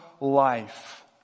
life